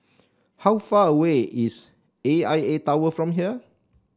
how far away is A I A Tower from here